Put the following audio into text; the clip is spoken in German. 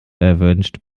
erwünscht